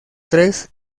tres